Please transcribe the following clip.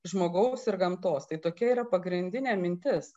žmogaus ir gamtos tai tokia yra pagrindinė mintis